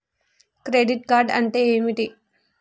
Credit card అంటే ఏమిటి?